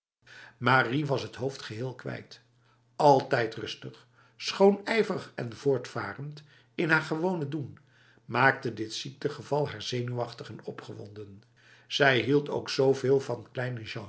marie was t hoofd geheel kwijt altijd rustig schoon ijverig en voortvarend in haar gewone doen maakte dit ziektegeval haar zenuwachtig en opgewonden zij hield ook zoveel van